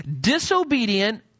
disobedient